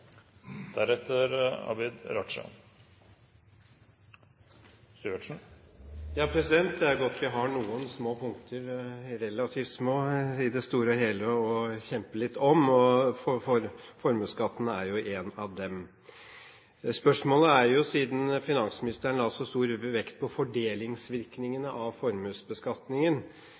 Det er godt vi har noen små punkter – relativt små i det store og hele – å kjempe litt om, og formuesskatten er jo en av dem. Spørsmålet er, siden finansministeren la så stor vekt på fordelingsvirkningene av formuesbeskatningen,